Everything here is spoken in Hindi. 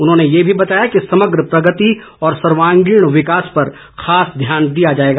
उन्होंने यह भी बताया कि समग्र प्रगति और सर्वांगीण विकास पर खास ध्यान दिया जायेगा